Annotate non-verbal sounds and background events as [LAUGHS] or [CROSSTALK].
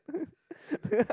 [LAUGHS]